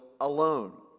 alone